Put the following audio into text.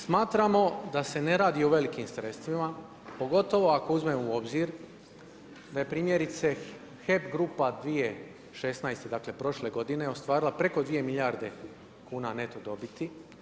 Smatramo da se ne radi o velikim sredstvima, pogotovo ako uzmemo u obzir, da je primjerice HEP Grupa 2016. dakle, prošle godine, ostvarila preko 2 milijarde neto dobiti.